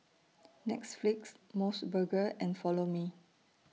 Netflix Mos Burger and Follow Me